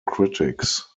critics